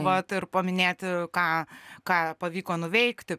vat ir paminėti ką ką pavyko nuveikti